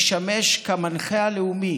הוא משמש המנחה הלאומי